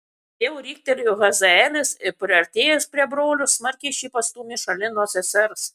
vėl riktelėjo hazaelis ir priartėjęs prie brolio smarkiai šį pastūmė šalin nuo sesers